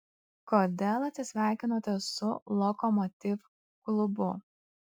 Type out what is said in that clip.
kodėl atsisveikinote su lokomotiv klubu